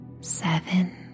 seven